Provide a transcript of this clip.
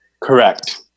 Correct